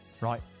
Right